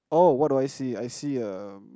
oh what do I see I see a